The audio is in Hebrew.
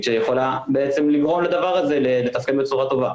שיכולה לגרום לדבר הזה לתפעל בצורה טובה.